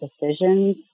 decisions